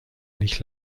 nicht